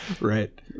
Right